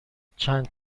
چند